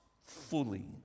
fully